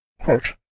Quote